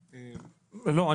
לא,